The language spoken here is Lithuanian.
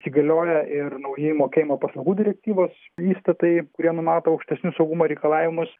įsigalioja ir naujai mokėjimo paslaugų direktyvos įstatai kurie numato aukštesnius saugumo reikalavimus